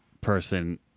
person